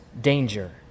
danger